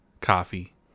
coffee